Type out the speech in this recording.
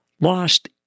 lost